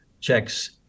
checks